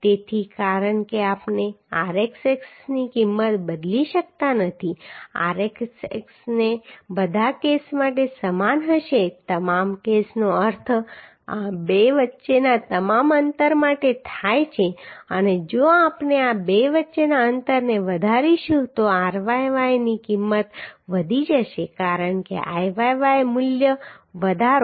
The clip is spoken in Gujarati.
તેથી કારણ કે આપણે rxx ની કિંમત બદલી શકતા નથી rxx બધા કેસ માટે સમાન હશે તમામ કેસનો અર્થ આ બે વચ્ચેના તમામ અંતર માટે થાય છે અને જો આપણે આ બે વચ્ચેના અંતરને વધારીશું તો ryy ની કિંમત વધી જશે કારણ કે Iyy મૂલ્ય વધારો